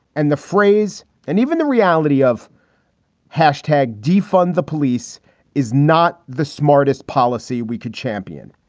and the phrase and even the reality of hashtag defund the police is not the smartest policy we could champion.